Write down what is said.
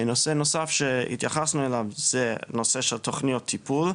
נושא נוסף שהתייחסנו אליו זה נושא של תוכניות טיפול,